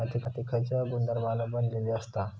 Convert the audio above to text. माती खयच्या गुणधर्मान बनलेली असता?